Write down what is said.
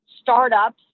startups